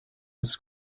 his